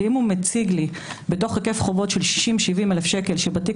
כי אם הוא מציג לי בתוך היקף חובות של 70-60 אלף שקלים שבתיק